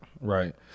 Right